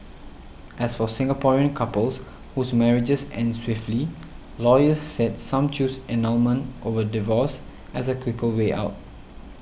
as for Singaporean couples whose marriages end swiftly lawyers said some choose annulment over divorce as a quicker way out